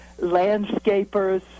landscapers